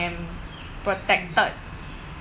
am protected